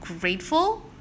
grateful